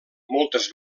moltes